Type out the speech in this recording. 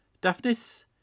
Daphnis